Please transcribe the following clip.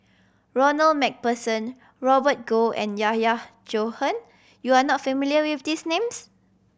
Ronald Macpherson Robert Goh and Yahya Cohen you are not familiar with these names